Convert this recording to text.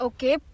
Okay